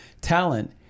talent